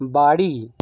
বাড়ি